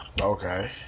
okay